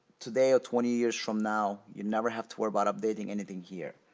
today or twenty years from now, you never have to worry about updating anything here.